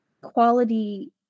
quality